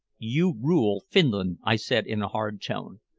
you rule finland, i said in a hard tone,